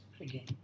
again